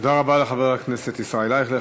תודה רבה לחבר הכנסת ישראל אייכלר.